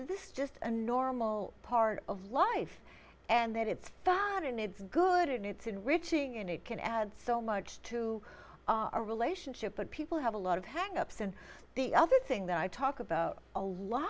this is just a normal part of life and that it's found and it's good it's enriching and it can add so much to our relationship but people have a lot of hangups and the other thing that i talk about a lot